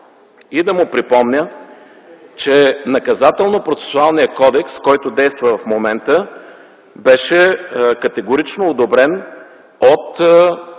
И да му припомня, че Наказателно-процесуалния кодекс, който действа в момента беше категорично одобрен от